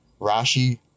Rashi